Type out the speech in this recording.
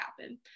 happen